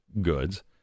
goods